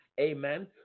amen